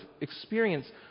experience